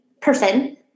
person